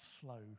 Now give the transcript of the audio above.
slow